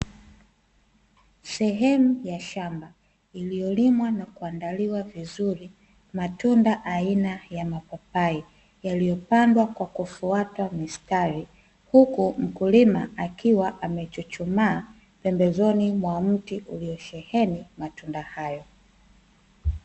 Sehemu ya shamba, iliyolimwa na kuandaliwa vizuri matunda aina ya mapapai, yaliyopandwa kwa kufuata mistari, huku mkulima akiwa amechuchumaa pembezoni mwa mti uliosheheni matunda hayo.